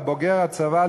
עם בוגר הצבא,